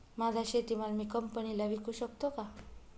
माझा शेतीमाल मी कंपनीला विकू शकतो का?